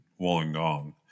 Wollongong